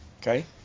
okay